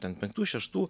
ten penktų šeštų